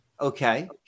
Okay